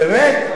באמת?